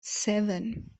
seven